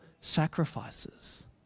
sacrifices